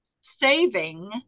saving